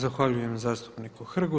Zahvaljujem zastupniku Hrgu.